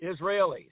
Israelis